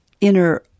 inner